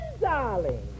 darling